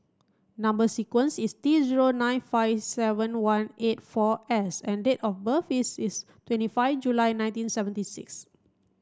number sequence is T zero nine five seven one eight four S and date of birth is is twenty five July nineteen seventy six